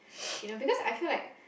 you know because I feel like